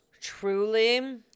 Truly